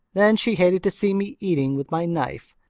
then she hated to see me eating with my knife.